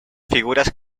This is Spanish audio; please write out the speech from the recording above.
figuras